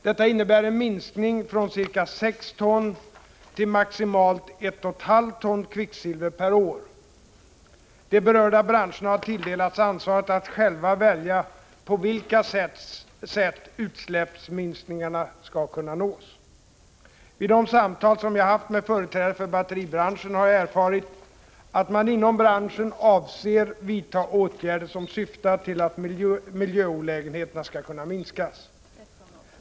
Detta innebär en minskning från ca 6 ton till maximalt 1,5 ton kvicksilver per år. De berörda branscherna har tilldelats ansvaret att själva välja på vilka sätt utsläppsminskningarna skall kunna nås. Vid de samtal som jag har haft med företrädare för batteribranschen har jag erfarit att man inom branschen avser vidta åtgärder som syftar till att miljöolägenheterna skall kunna minskas.